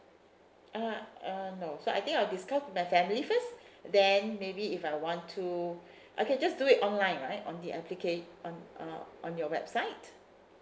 ah uh no so I think I will discuss with my family first then maybe if I want to I can just do it online right on the applica~ on uh on your website